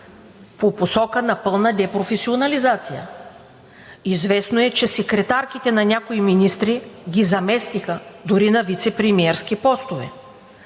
по посока на пълна депрофесионализация. Известно е, че секретарките на някои министри ги заместиха дори на вицепремиерски постове?!